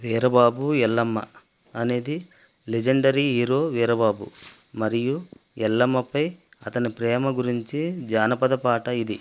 వీరబాబు ఎల్లమ్మ అనేది legendary hero Veerababu మరియు ఎల్లమ్మపై అతని ప్రేమ గురించి జానపద పాట ఇది